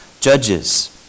judges